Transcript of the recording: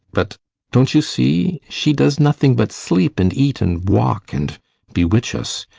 but don't you see? she does nothing but sleep and eat and walk and bewitch us,